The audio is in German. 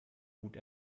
gut